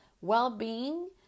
well-being